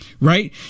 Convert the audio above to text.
Right